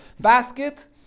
basket